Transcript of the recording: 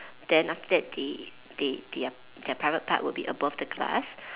then after that they they their their private part will be above the glass